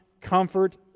comfort